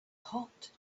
hot